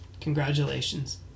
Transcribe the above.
congratulations